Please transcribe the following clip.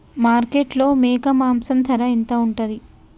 మార్కెట్లో మేక మాంసం ధర ఎంత ఉంటది?